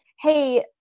hey